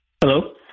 Hello